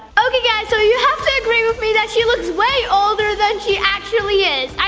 okay guys, so you have to agree with me that she looks way older than she actually is, i